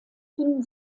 finden